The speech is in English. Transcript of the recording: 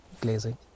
glazing